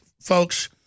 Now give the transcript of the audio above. folks